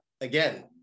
again